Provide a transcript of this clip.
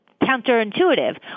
counterintuitive